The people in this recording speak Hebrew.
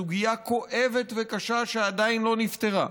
סוגיה כואבת וקשה שעדיין לא נפתרה.